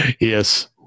yes